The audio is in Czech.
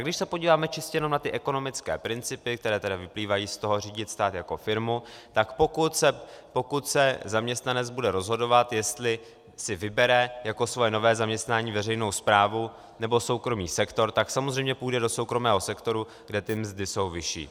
Když se podíváme čistě jenom na ty ekonomické principy, které vyplývají z toho řídit stát jako firmu, tak pokud se zaměstnanec bude rozhodovat, jestli si vybere jako svoje nové zaměstnání veřejnou správu, nebo soukromý sektor, tak samozřejmě půjde do soukromého sektoru, kde ty mzdy jsou vyšší.